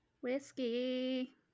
Whiskey